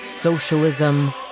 Socialism